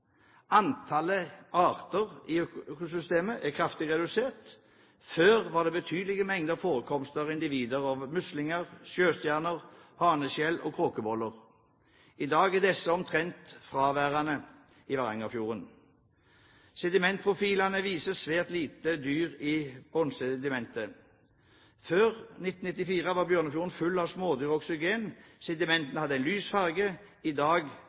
Antall arter i økosystemet er kraftig redusert. Før var det betydelige mengder forekomster og individer av muslinger, sjøstjerner, haneskjell og kråkeboller. I dag er disse omtrent fraværende i Varangerfjorden. Sedimentprofilene viser svært lite dyr i bunnsedimentet. Før 1994 var Bøkfjorden full av smådyr og oksygen. Sedimentet hadde en lys farge. I dag